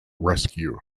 rescue